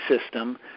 system